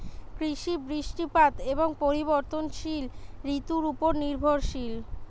কৃষি বৃষ্টিপাত এবং পরিবর্তনশীল ঋতুর উপর নির্ভরশীল